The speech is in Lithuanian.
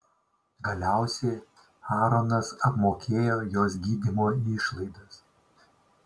galiausiai aaronas apmokėjo jos gydymo išlaidas